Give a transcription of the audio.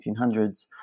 1800s